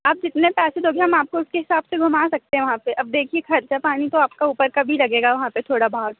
आप जितने पैसे दोगे हम आपको उसके हिसाब से घुमा सकते हैं वहाँ पे अब देखिए खर्चा पानी तो आपका ऊपर का भी लगेगा वहाँ पे थोड़ा बहुत